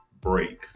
break